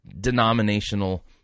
denominational